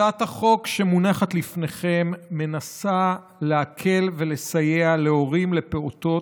הצעת החוק שמונחת בפניכם מנסה להקל ולסייע להורים לפעוטות